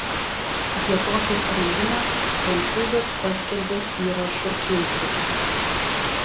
apie tokį sprendimą prancūzas paskelbė įrašu feisbuke